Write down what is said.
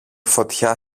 φωτιά